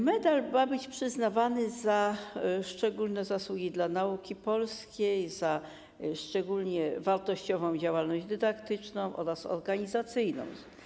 Medal ma być przyznawany za szczególne zasługi dla nauki polskiej, za szczególnie wartościową działalność dydaktyczną oraz organizacyjną.